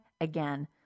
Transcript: Again